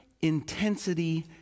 intensity